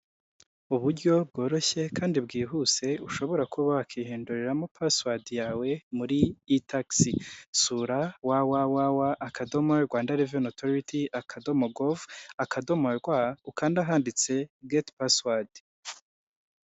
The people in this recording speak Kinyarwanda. Uburyo bworoshye kandi bwihuse ushobora kuba wakihindunriramo pasuwadi yawe, muri tagisi. Sura wa wa wa Rwanda revenyu otoriti, doti, govu, akadomo, rwa ukanda ahanditse geti pasuwadi.